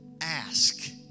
ask